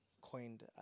coined